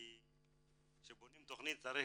כי כשבונים תכנית צריך